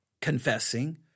confessing